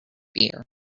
beer